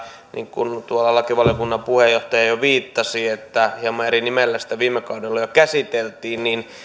niin kuin tuolla lakivaliokunnan puheenjohtaja jo viittasi niin hieman eri nimellä sitä viime kaudella jo käsiteltiin ja